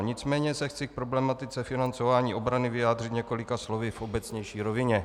Nicméně se chci k problematice financování obrany vyjádřit několika slovy v obecnější rovině.